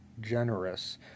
generous